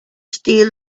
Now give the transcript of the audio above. steel